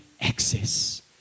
access